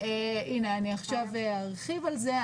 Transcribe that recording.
הינה, עכשיו ארחיב על זה.